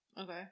Okay